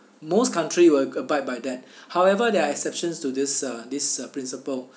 most country will abide by that however there are exceptions to this uh this uh principle